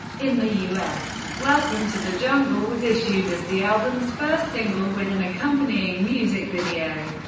in the u s. welcome to the jungle was issued as the album's first single, with an accompanying music video.